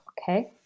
Okay